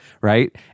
Right